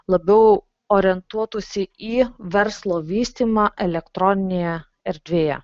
labiau orientuotųsi į verslo vystymą elektroninėje erdvėje